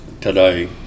today